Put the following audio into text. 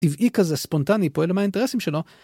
טבעי כזה ספונטני פועל עם האינטרסים שלו.